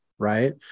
right